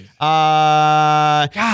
God